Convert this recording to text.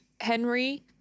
Henry